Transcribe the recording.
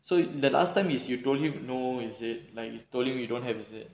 so the last time is you told you know is it like you told him you don't have to it